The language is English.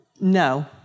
no